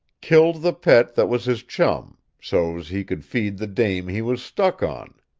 killed the pet that was his chum, so's he could feed the dame he was stuck on.